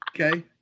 Okay